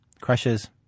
crushes